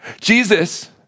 Jesus